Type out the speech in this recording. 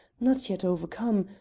not yet overcome,